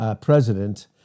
president